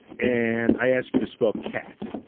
and i ask you to spell cat.